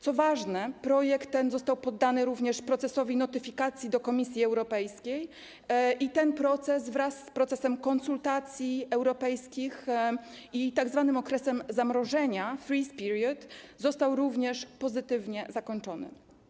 Co ważne, projekt ten został poddany również procesowi notyfikacji Komisji Europejskiej i ten proces wraz z procesem konsultacji europejskich i tzw. okresem zamrożenia, freeze period, został pozytywnie zakończony.